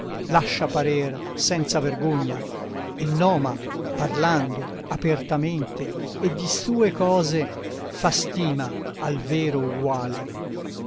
lascia parer senza vergogna e noma parlando apertamente e di sue cose fa stima al vero uguale